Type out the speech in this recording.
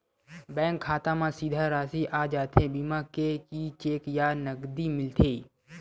Bank खाता मा सीधा राशि आ जाथे बीमा के कि चेक या नकदी मिलथे?